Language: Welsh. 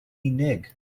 unig